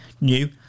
new